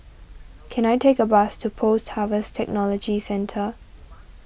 can I take a bus to Post Harvest Technology Centre